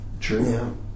True